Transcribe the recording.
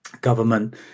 government